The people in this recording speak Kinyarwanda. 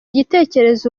gitekerezo